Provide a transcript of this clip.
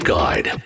Guide